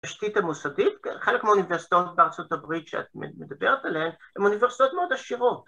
תשתית המוסדית, חלק מהאוניברסיטאות בארצות הברית שאת מדברת עליהן הם אוניברסיטאות מאוד עשירות.